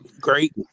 Great